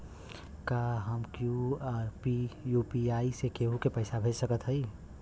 का हम यू.पी.आई से केहू के पैसा भेज सकत हई?